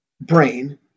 brain